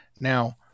Now